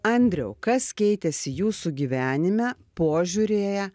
andriau kas keitėsi jūsų gyvenime požiūryje